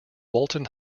walton